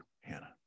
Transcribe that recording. Hannah